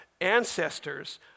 ancestors